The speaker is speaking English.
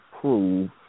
prove